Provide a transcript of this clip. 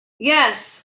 yes